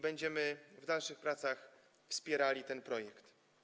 Będziemy w dalszych pracach wspierali ten projekt.